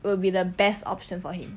will be the best option for him